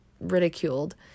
ridiculed